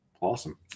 Awesome